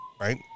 Right